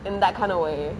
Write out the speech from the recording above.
in that kind of way